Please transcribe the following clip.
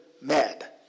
mad